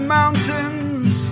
mountains